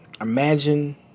imagine